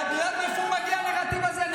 ואת יודעת מאיפה מגיע הנרטיב הזה?